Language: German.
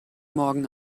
morgen